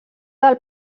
del